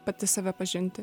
pati save pažinti